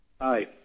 Hi